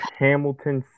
hamilton